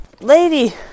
Lady